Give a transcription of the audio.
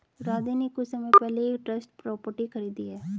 राधे ने कुछ समय पहले ही एक ट्रस्ट प्रॉपर्टी खरीदी है